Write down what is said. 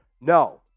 no